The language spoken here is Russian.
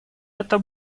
это